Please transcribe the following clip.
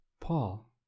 Paul